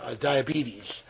diabetes